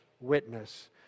witness